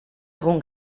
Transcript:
egun